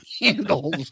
handles